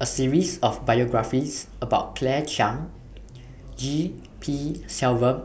A series of biographies about Claire Chiang G P Selvam